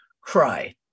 cry